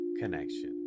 connection